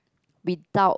without